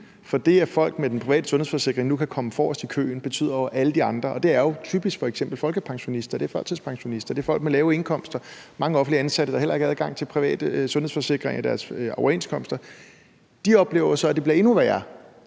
for det, at folk med den private sundhedsforsikring nu kan komme forrest i køen, betyder jo, at alle de andre – og det er jo typisk folkepensionister, førtidspensionister, folk med lave indkomster, mange offentligt ansatte, der heller ikke har adgang til private sundhedsforsikringer i deres overenskomster – oplever, at de bliver endnu værre.